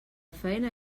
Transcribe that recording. feina